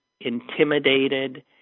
intimidated